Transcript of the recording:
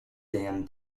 dan